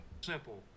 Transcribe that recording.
simple